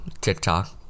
TikTok